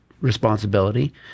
responsibility